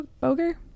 Boger